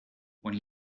when